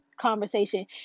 conversation